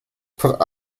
put